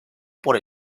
por